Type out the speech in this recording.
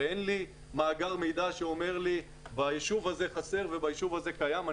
הרי אין לי מאגר מידע שאומר לי שבישוב הזה חסר ובישוב הזה קיים.